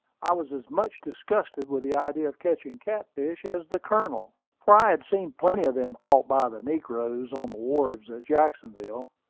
i was as much disgusted with the idea of catching catfish as the colonel, for i had seen plenty of them caught by the negroes on the wharves at jacksonville.